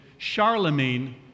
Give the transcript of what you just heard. Charlemagne